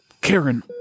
Karen